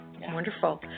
Wonderful